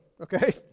okay